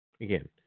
Again